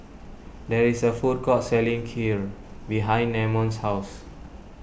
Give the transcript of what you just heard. there is a food court selling Kheer behind Namon's house